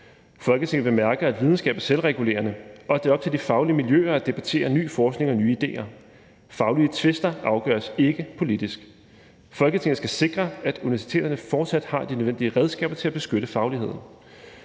Folketinget bemærker, at videnskab er selvregulerende, og at det er op til de faglige miljøer at debattere ny forskning og nye ideer. Faglige tvister afgøres ikke politisk. Folketinget skal sikre, at universiteterne fortsat har de nødvendige redskaber til at beskytte fagligheden.